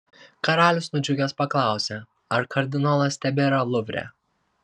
karalius nudžiugęs paklausė ar kardinolas tebėra luvre